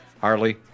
Harley